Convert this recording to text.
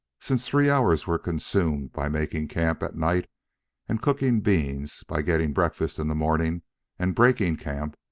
since three hours were consumed by making camp at night and cooking beans, by getting breakfast in the morning and breaking camp,